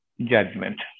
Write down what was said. judgment